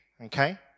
Okay